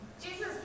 Jesus